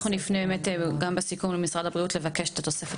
אז אנחנו נפנה בסיכום למשרד הבריאות על מנת לבקש את התוספת